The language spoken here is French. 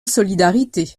solidarité